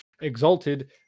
Exalted